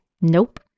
Nope